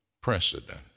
precedent